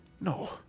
no